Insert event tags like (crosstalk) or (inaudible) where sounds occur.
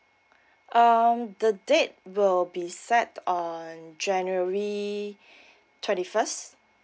um the date will be set on january (breath) twenty-first